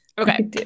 Okay